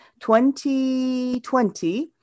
2020